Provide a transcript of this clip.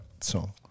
song